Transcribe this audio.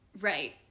Right